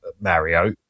mario